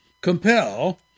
Compel